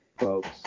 Folks